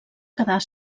quedar